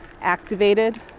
activated